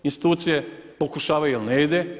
Institucije pokušavaju, ali ne ide.